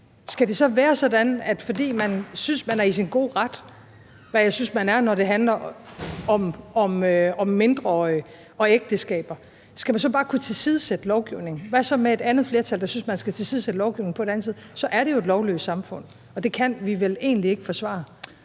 Skal det så være sådan, at man, fordi man synes, man er i sin gode ret – hvad jeg synes man er, når det handler om mindreårige og ægteskaber – så bare skal kunne tilsidesætte lovgivningen? Hvad så med et andet flertal, der synes, man skal tilsidesætte lovgivningen på den anden side? Så er det jo et lovløst samfund, og det kan vi vel egentlig ikke forsvare.